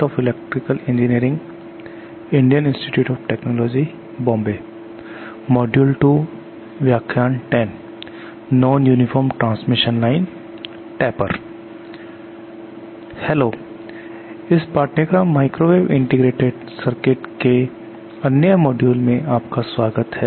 hello इस पाठ्यक्रम microwave integrated circuit के अन्य मॉड्यूल में आपका स्वागत है